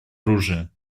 оружия